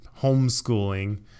homeschooling